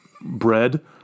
bread